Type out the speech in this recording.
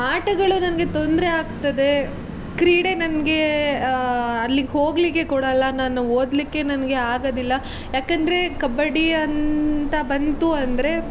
ಆಟಗಳು ನನಗೆ ತೊಂದರೆ ಆಗ್ತದೆ ಕ್ರೀಡೆ ನನಗೆ ಅಲ್ಲಿಗೆ ಹೋಗ್ಲಿಕ್ಕೆ ಕೊಡೊಲ್ಲ ನಾನು ಓದಲಿಕ್ಕೆ ನನಗೆ ಆಗೊದಿಲ್ಲ ಯಾಕಂದರೆ ಕಬಡ್ಡಿ ಅಂತ ಬಂತು ಅಂದರೆ